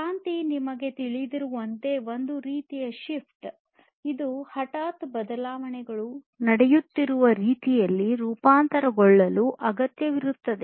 ಕ್ರಾಂತಿ ನಿಮಗೆ ತಿಳಿದಿರುವಂತೆ ಒಂದು ರೀತಿಯ ಶಿಫ್ಟ್ ಕೆಲವು ಹಠಾತ್ ಬದಲಾವಣೆಗಳು ನಡೆಯುತ್ತಿರುವ ರೀತಿಯಲ್ಲಿ ರೂಪಾಂತರಗೊಳ್ಳಲು ಅಗತ್ಯವಾಗಿರುತ್ತದೆ